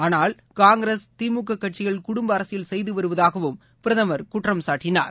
ஆனால் காங்கிரஸ் திமுக கட்சிகள் குடும்ப அரசியல் செய்து வருவதாக பிரதமர் குறிப்பிட்டார்